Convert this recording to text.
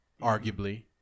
arguably